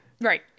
right